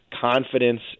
confidence